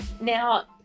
now